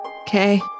Okay